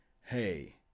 Hey